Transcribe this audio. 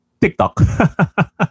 TikTok